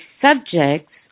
subjects